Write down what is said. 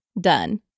done